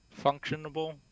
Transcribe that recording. functionable